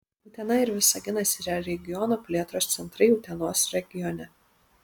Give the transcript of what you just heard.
utena ir visaginas yra regiono plėtros centrai utenos regione